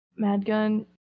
Madgun